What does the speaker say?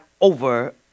over